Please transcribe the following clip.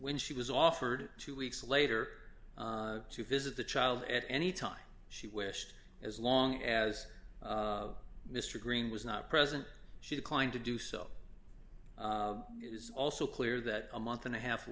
when she was offered two weeks later to visit the child at any time she wished as long as mr green was not present she declined to do so also clear that a month and a half